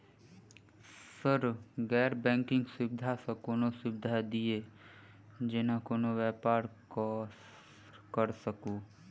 Sir गैर banking सुविधा सँ कोनों सुविधा दिए जेना कोनो व्यापार करऽ सकु?